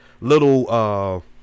little